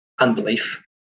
unbelief